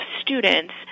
students